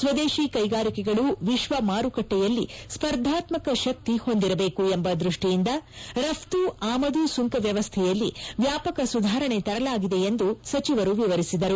ಸ್ವದೇಶ ಕೈಗಾರಿಕೆಗಳು ವಿಶ್ವಮಾರುಕಟ್ಟೆಯಲ್ಲಿ ಸ್ಪರ್ಧಾತ್ಮಕ ಶಕ್ತಿ ಹೊಂದಿರಬೇಕು ಎಂಬ ದೃಷ್ಟಿಯಿಂದ ರಪ್ತು ಆಮದು ಸುಂಕ ವ್ಯವಸ್ಥೆಯಲ್ಲಿ ವ್ಯಾಪಕ ಸುಧಾರಣೆ ತರಲಾಗಿದೆ ಎಂದು ಸಚಿವರು ವಿವರಿಸಿದರು